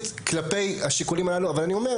היישובים האלה אולצו.